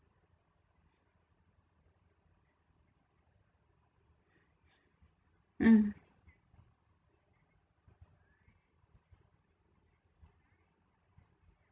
mm